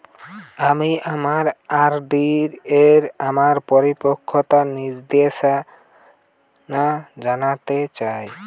আমি আমার আর.ডি এর আমার পরিপক্কতার নির্দেশনা জানতে চাই